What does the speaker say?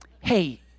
Hey